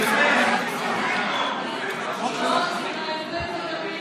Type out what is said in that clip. הנושא הבא שלנו,